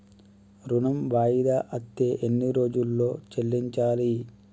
ఋణం వాయిదా అత్తే ఎన్ని రోజుల్లో చెల్లించాలి?